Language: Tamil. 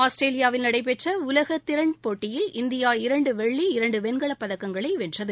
ஆஸ்திரேலியாவில நடைபெற்ற உலகத் திறன் போட்டியில் இந்தியா இரண்டு வெள்ளி இரண்டு வெண்கலப்பதக்கங்களை வென்றது